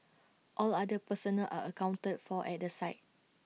all other personnel are accounted for at the site